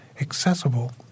accessible